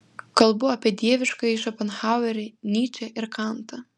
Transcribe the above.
kalbu apie dieviškąjį šopenhauerį nyčę ir kantą